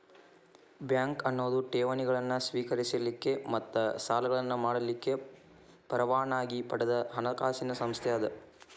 bank ಅನ್ನೊದು ಠೇವಣಿಗಳನ್ನ ಸ್ವೇಕರಿಸಲಿಕ್ಕ ಮತ್ತ ಸಾಲಗಳನ್ನ ಮಾಡಲಿಕ್ಕೆ ಪರವಾನಗಿ ಪಡದ ಹಣಕಾಸಿನ್ ಸಂಸ್ಥೆ ಅದ